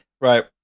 Right